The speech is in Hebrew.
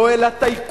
לא אל הטייקונים,